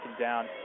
down